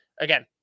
again